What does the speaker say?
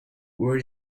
where